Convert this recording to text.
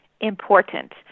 important